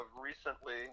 recently